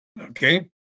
Okay